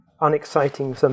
unexciting